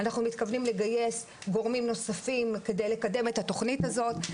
אנחנו מתכוונים לגייס גורמים נוספים כדי לקדם את התוכנית הזאת,